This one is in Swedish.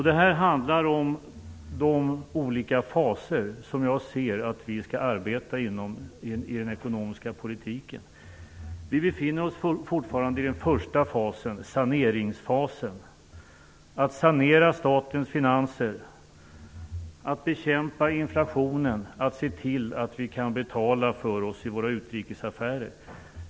Det här handlar om de olika faser som vi skall arbeta inom i den ekonomiska politiken. Vi befinner oss fortfarande i den första fasen, saneringsfasen. Det gäller att sanera statens finanser, att bekämpa inflationen och att se till att vi kan betala för oss i våra utrikesaffärer.